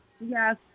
Yes